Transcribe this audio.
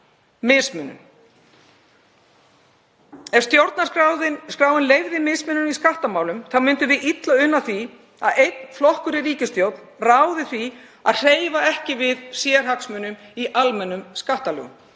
mismunun. Ef stjórnarskráin leyfði mismunun í skattamálum myndum við illa una því að einn flokkur í ríkisstjórn réði því að hreyfa ekki við sérhagsmunum í almennum skattalögum.